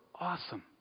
awesome